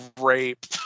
rape